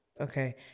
Okay